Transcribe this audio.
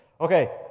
okay